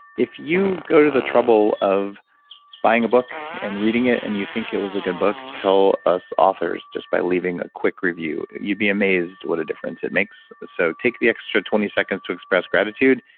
if you go to the trouble of buying a book and reading it and you think it was a good book, tell us authors just by leaving a quick review. you'd be amazed what a difference it makes. so take the extra twenty seconds to express gratitude.